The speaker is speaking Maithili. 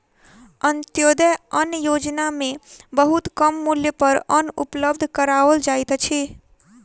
अन्त्योदय अन्न योजना में बहुत कम मूल्य पर अन्न उपलब्ध कराओल जाइत अछि